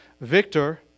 victor